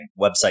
website